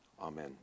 Amen